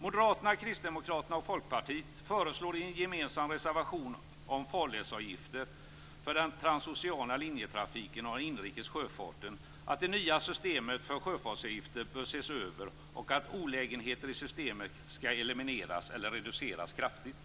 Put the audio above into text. Moderaterna, Kristdemokraterna och Folkpartiet föreslår i en gemensam reservation om farledsavgifter för den transoceana linjetrafiken och den inrikes sjöfarten att det nya systemet för sjöfartsavgifter bör ses över och att olägenheter i systemet skall elimineras eller reduceras kraftigt.